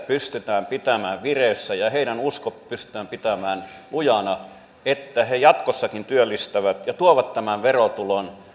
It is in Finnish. pystytään pitämään vireessä ja heidän uskonsa pystytään pitämään lujana että he jatkossakin työllistävät ja tuovat tämän verotulon